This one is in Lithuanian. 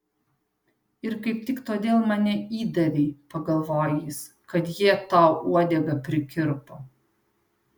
ir kaip tik todėl mane įdavei pagalvojo jis kad jie tau uodegą prikirpo